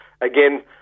again